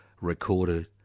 recorded